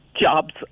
jobs